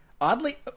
Oddly